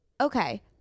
Okay